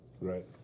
Right